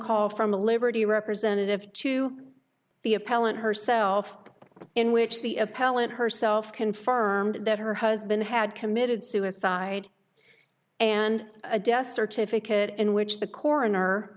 call from the liberty representative to the appellant herself in which the appellant herself confirmed that her husband had committed suicide and a death certificate in which the coroner